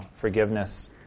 forgiveness